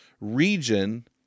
region